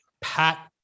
Pat